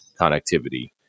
connectivity